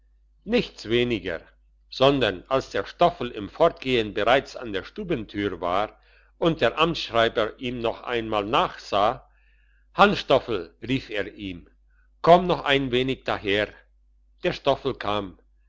nichts weniger sondern als der stoffel im fortgehen bereits an der stubentür war und der amtsschreiber ihm noch einmal nachsah hansstoffel rief er ihm komm noch ein wenig daher der stoffel kam